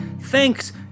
Thanks